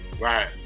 Right